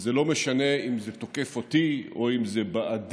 וזה לא משנה אם זה תוקף אותי או אם זה בעדי.